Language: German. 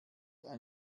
ein